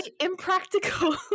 impractical